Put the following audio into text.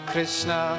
Krishna